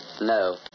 No